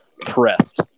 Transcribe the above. pressed